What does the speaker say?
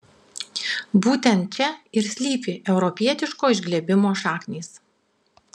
būtent čia ir slypi europietiško išglebimo šaknys